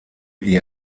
ihr